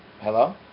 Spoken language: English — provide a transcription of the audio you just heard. Hello